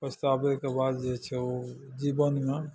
पछताबैके बाद जे छै ओ जीवनमे